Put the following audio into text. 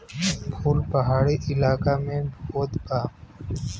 फूल पहाड़ी इलाका में होत बा